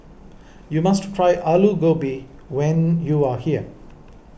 you must try Alu Gobi when you are here